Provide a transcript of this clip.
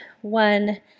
one